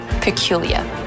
peculiar